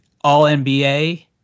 All-NBA